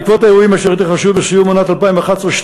בעקבות האירועים אשר התרחשו בסיום עונת 2011 2012